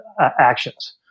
actions